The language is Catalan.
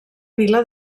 vila